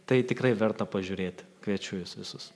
tai tikrai verta pažiūrėti kviečiu jus visus